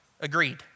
agreed